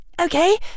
Okay